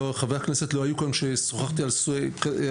חברי הכנסת לא היו כאן כשדיברתי על סוגי